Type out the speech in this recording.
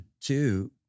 two